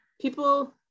people